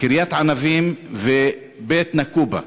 קריית-ענבים ובית-נקופה,